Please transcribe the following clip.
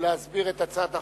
ולהסביר את הצעת החוק.